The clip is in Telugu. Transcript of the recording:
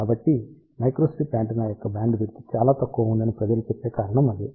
కాబట్టి మైక్రోస్ట్రిప్ యాంటెన్నా యొక్క బ్యాండ్విడ్త్ చాలా తక్కువగా ఉందని ప్రజలు చెప్పే కారణం అదే